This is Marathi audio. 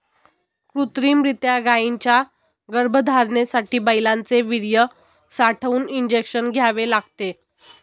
कृत्रिमरीत्या गायींच्या गर्भधारणेसाठी बैलांचे वीर्य साठवून इंजेक्शन द्यावे लागते